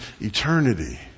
eternity